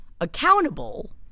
accountable